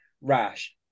rash